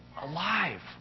Alive